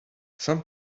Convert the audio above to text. some